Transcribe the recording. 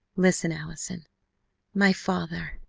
listen, allison my father!